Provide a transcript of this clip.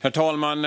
Herr talman!